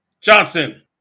Johnson